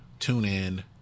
TuneIn